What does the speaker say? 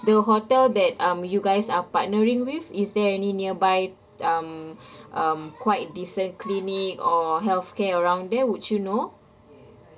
the hotel that um you guys are partnering with is there any nearby um um quite decent clinic or healthcare around there would you know